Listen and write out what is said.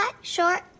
short